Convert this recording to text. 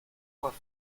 quoi